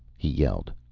he yelled.